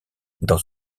dans